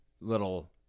little